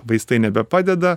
vaistai nebepadeda